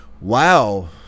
Wow